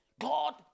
God